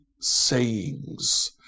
sayings